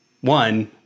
one